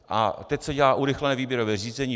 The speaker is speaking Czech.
A opět se dělá urychlené výběrové řízení.